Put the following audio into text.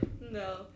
No